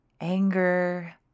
anger